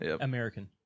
American